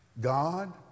God